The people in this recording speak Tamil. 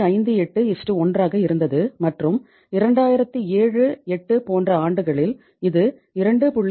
581 ஆக இருந்தது மற்றும் 2007 08 போன்ற ஆண்டுகளில் இது 2